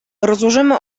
rozłożymy